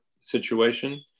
situation